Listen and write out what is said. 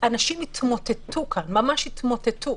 אנשים התמוטטו כאן, ממש התמוטטו.